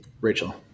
Rachel